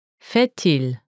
Fait-il